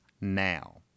now